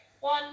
one